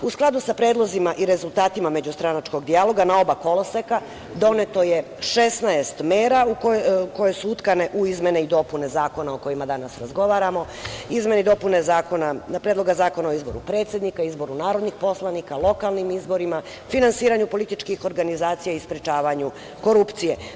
U skladu sa predlozima i rezultatima međustranačkog dijaloga na oba koloseka doneto je 16 mera koje su utkane u izmene i dopune zakona o kojima danas razgovaramo, izmene i dopune Predloga zakona o izboru predsednika, izboru narodnih poslanika, lokalnim izborima, finansiranju političkih organizacija i sprečavanju korupcije.